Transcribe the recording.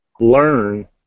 learn